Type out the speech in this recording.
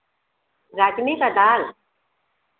राजमे का दाल